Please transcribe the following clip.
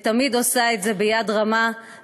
תמיד עושה את זה ביד רמה,